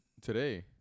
today